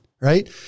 right